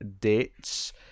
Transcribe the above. dates